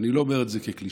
ואני לא אומר את זה כקלישאה: